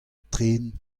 tren